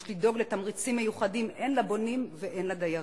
יש לדאוג לתמריצים מיוחדים הן לבונים והן לדיירים,